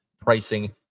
pricing